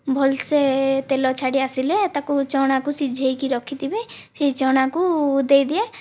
ଭଲସେ ତେଲ ଛାଡ଼ି ଆସିଲେ ତାକୁ ଚଣାକୁ ସିଝାଇକି ରଖିଥିବି ସେହି ଚଣାକୁ ଦେଇଦିଏ